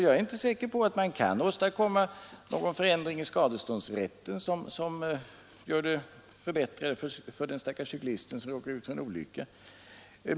Jag är inte säker på att man kan åstadkomma någon förändring i skadeståndsrätten som leder till förbättringar för den stackars cyklisten som råkar ut för en olycka.